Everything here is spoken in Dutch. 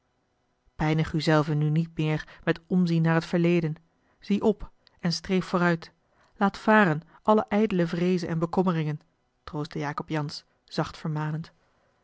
pijnig u zelven nu niet meer met omzien naar t verleden zie op en streef vooruit laat varen alle ijdele vreeze en bekommeringen troostte jacob jansz zacht vermanend